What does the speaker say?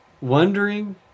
wondering